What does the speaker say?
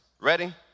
Ready